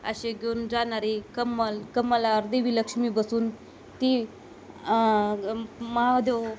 असे घेऊन जाणारी कमल कमलावर देवी लक्ष्मी बसून ती ग महादेव